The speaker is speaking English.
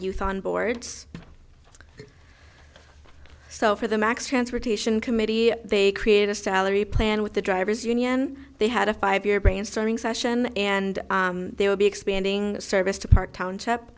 youth on boards sell for the max transportation committee they create a salary plan with the drivers union they had a five year brainstorming session and they would be expanding service to part township